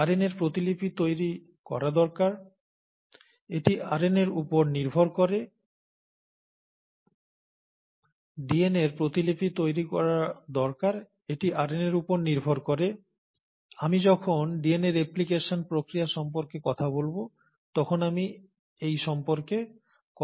ডিএনএর প্রতিলিপি তৈরি করা দরকার এটি আরএনএর উপর নির্ভর করে আমি যখন ডিএনএ রেপ্লিকেশন প্রক্রিয়া সম্পর্কে কথা বলব তখন আমি এই সম্পর্কে কথা বলব